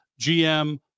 GM